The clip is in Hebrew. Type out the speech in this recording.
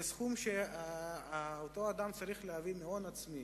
לסכום שאותו אדם צריך להביא מהון עצמי,